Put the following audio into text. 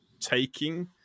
taking